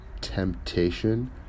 temptation